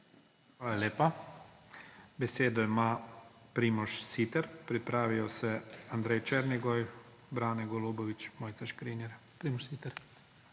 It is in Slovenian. Hvala lepa. Besedo ima Primož Siter. Pripravijo se Andrej Černigoj, Brane Golubović, Mojca Škrinjar. Primož Siter.